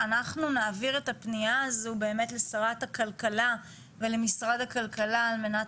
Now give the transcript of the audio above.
אנחנו נעביר את הפנייה הזו לשרת הכלכלה ולמשרד הכלכלה על מנת